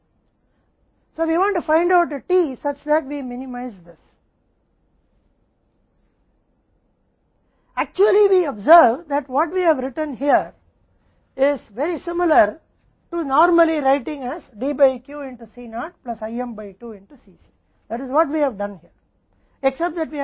इसलिए हम एक T खोजना चाहते हैं ताकि हम इसे कम कर दें वास्तव में हम देखते हैं कि हमने यहाँ जो लिखा है वह सामान्य रूप से D by C C naught है IM बाय 2 Cc है जो हमने यहां किया है